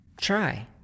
try